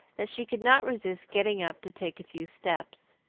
that she could not resist getting up to take a few steps.